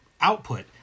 output